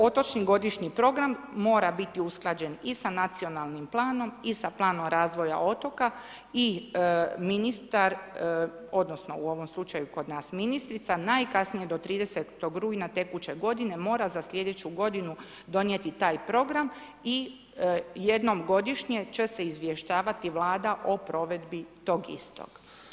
Otočni godišnji program mora biti usklađen i sa nacionalnim planom i sa planom razvoja otoka i ministar odnosno u ovom slučaju kod nas ministrica, najkasnije do 30. rujna tekuće godine mora za slijedeću godinu donijeti ta program i jednom godišnje će se izvještavati Vlada o provedbi tog istog.